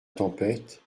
tempête